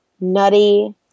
Nutty